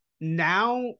Now